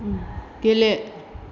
गेले